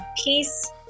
peace